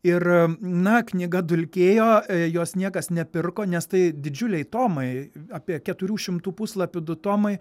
ir na knyga dulkėjo jos niekas nepirko nes tai didžiuliai tomai apie keturių šimtų puslapių du tomai